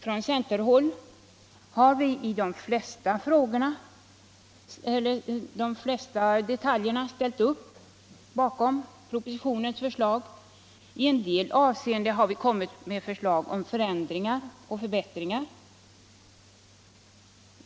Från centerhåll har vi i de flesta detaljerna ställt upp bakom propositionens förslag. I en del avseenden har vi lagt fram förslag till förändringar och förbättringar.